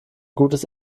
gutes